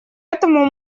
этому